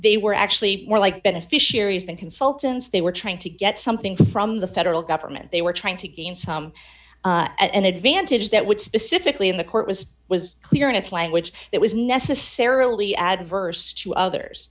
they were actually more like beneficiaries than consultants they were trying to get something from the federal government they were trying to gain some advantage that would specifically in the court was was clear in its language that was necessarily adverse to others